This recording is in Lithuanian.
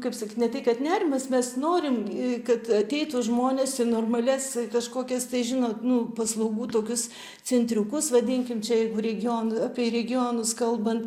kaip sakyt ne tai kad nerimas mes norim kad ateitų žmonės į normalias kažkokias tai žinot nu paslaugų tokius centriukus vadinkim čia jeigu region apie regionus kalbant